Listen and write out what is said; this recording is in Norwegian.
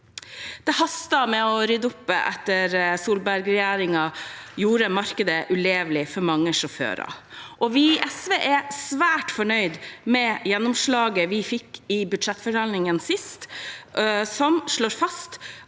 Det haster med å rydde opp etter at Solberg-regjeringen gjorde markedet ulevelig for mange sjåfører. Vi i SV er svært fornøyd med gjennomslaget vi fikk i budsjettforhandlingene sist, som slår fast